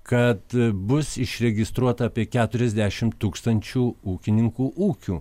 kad bus išregistruota apie keturiasdešimt tūkstančių ūkininkų ūkių